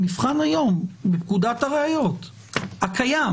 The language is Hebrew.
המבחן היום בפקודת הראיות הקיים,